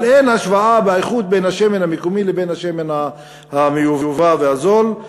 אבל אין השוואה באיכות בין השמן המקומי לבין השמן המיובא והזול,